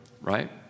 right